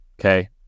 Okay